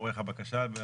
עורך הבקשה,